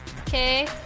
Okay